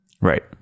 right